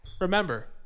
Remember